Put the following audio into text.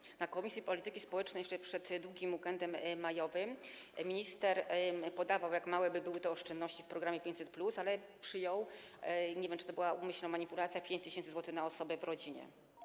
Na posiedzeniu komisji polityki społecznej, jeszcze przed długim weekendem majowym, minister podawał, jak małe by były te oszczędności w programie 500+, ale przyjął - nie wiem, czy to była umyślna manipulacja - 5 tys. zł na osobę w rodzinie.